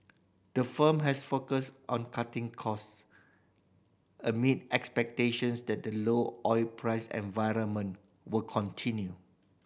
the firm has focused on cutting costs amid expectations that the low oil price environment will continue